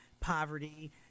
poverty